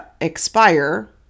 expire